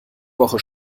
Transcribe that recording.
woche